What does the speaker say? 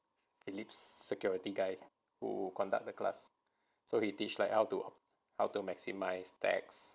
philips security guy who conduct the class so he teach like how to how to maximize tax